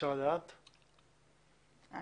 אני